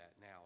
now